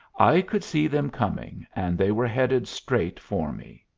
i could see them coming, and they were headed straight for me.